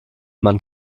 man